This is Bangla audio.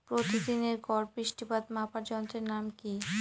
প্রতিদিনের গড় বৃষ্টিপাত মাপার যন্ত্রের নাম কি?